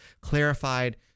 clarified